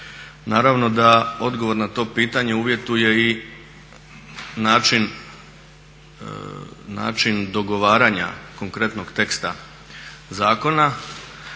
Naravno da odgovor na to pitanje uvjetuje i način dogovaranja konkretnog teksta zakona